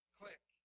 click